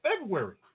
February